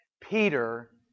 Peter